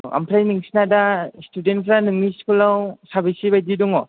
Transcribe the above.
आमफ्राइ नोंसिना दा स्टुडेन्टफ्रा दा नोंनि स्कुलाव साबेसे बादि दङ